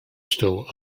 still